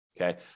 Okay